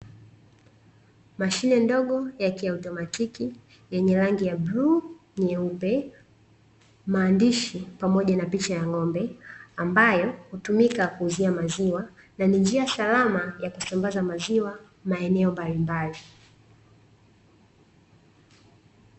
Mashine ndogo ya kiautomatiki, yenye rangi ya bluu, nyeupe, maandishi pamoja na picha ya ng'ombe, ambayo hutumika kuuzia maziwa na ni njia salama ya kusambaza maziwa maeneo mbalimbali.